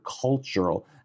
cultural